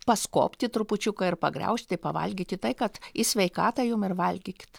paskopti trupučiuką ir pagriaužti pavalgyti tai kad į sveikatą jum ir valgykit